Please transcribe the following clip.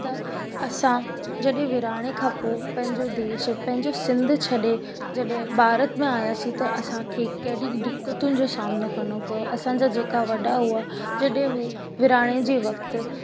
त असां जॾहिं विरिहाङे खां पोइ पंहिंजो देशु पंहिंजो सिंध छॾे जॾहिं भारत में आयासीं त असांखे कहिड़ी दिक़तियुनि जो सामनो करिणो पियो असांजा जेका वॾा हुआ जॾहिं हू विरिहाङे जे वक़्तु